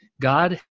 God